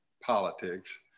politics